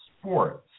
sports